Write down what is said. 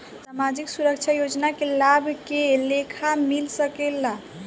सामाजिक सुरक्षा योजना के लाभ के लेखा मिल सके ला?